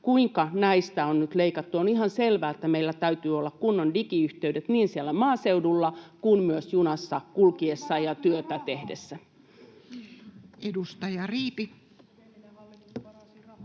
kuinka näistä on nyt leikattu. On ihan selvää, että meillä täytyy olla kunnon digiyhteydet niin siellä maaseudulla kuin myös junassa kulkiessa ja työtä tehdessä. [Anne Kalmari: